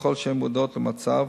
ככל שהן מודעות למצב,